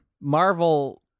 Marvel